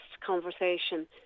conversation